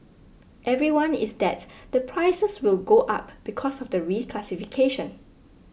everyone is that the prices will go up because of the reclassification